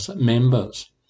members